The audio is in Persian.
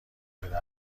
شده